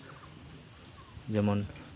ᱡᱮᱢᱚᱱ